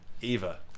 Eva